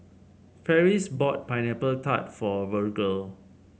Farris bought Pineapple Tart for Virgle